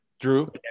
Drew